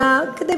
אלא כדי